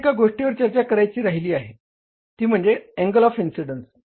येथे एका गोष्टीवर चर्चा करायची राहिली आहे ती म्हणजे अँगल ऑफ इन्सिडेंन्स